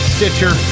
Stitcher